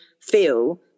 feel